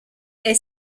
est